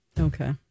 Okay